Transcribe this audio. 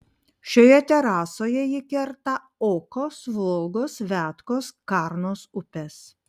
šioje terasoje ji kerta okos volgos viatkos karnos upes